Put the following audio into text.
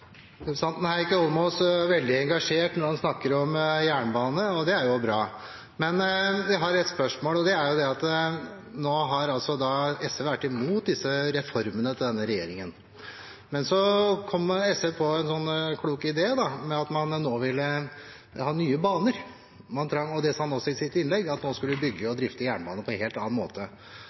Representanten Heikki Eidsvoll Holmås er veldig engasjert når han snakker om jernbane, og det er jo bra. Men jeg har et spørsmål. Nå har altså SV vært imot reformene til denne regjeringen, men så kom SV på en sånn klok idé om at man nå ville ha Nye Baner – og det sa han også i sitt innlegg, at nå skulle vi bygge og drifte jernbane på en helt annen måte.